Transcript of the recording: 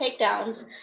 takedowns